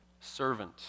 Servant